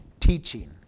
teaching